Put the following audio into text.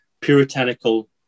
Puritanical